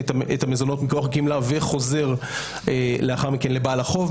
המזונות מכוח גמלה וחוזר לאחר מכן לבעל החוב.